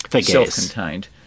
self-contained